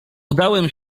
udałem